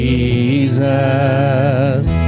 Jesus